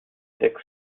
sechs